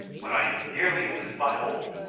when i nearly loosed my hold,